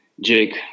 Jake